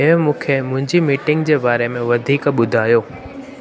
हे मूंखे मुंहिंजी मीटिंग जे बारे में वधीक ॿुधायो